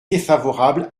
défavorable